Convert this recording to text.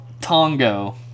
Tongo